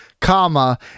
comma